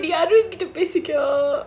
யாரோ என் கிட்ட பேசிருக்கா:yaaro en kita pesirukkaa